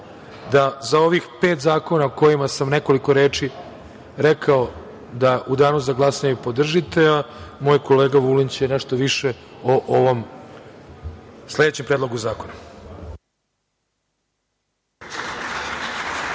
da za ovih pet zakona o kojima sam nekoliko reči rekao, da u danu za glasanje podržite, a moj kolega Vulin će nešto više o ovom sledećem predlogu zakona.